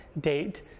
date